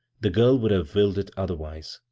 the girl would have willed it otherwise.